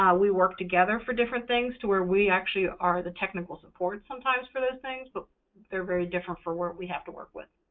um we work together for different things to where we actually are the technical support sometimes for those things, but they're very different for what we have to work with.